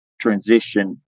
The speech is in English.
transition